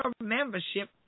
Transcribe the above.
membership